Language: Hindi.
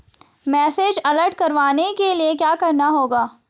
मैसेज अलर्ट करवाने के लिए क्या करना होगा?